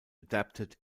adapted